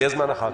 לכל חברי הוועדה,